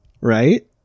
right